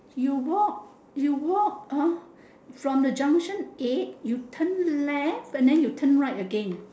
you walk you walk uh from the junction-eight you turn left and then you turn right again